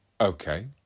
Okay